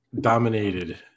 dominated